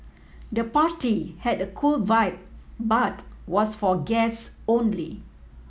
the party had a cool vibe but was for guests only